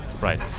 right